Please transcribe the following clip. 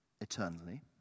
eternally